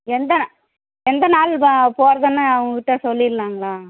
எந்த எந்த நாள் வ போறதுன்னு அவங்ககிட்ட சொல்லிட்லாங்களா